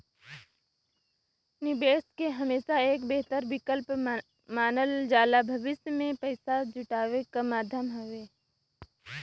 निवेश के हमेशा एक बेहतर विकल्प मानल जाला भविष्य में पैसा जुटावे क माध्यम हउवे